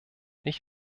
nicht